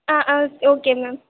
ஆ ஆ okay ma'am